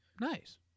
nice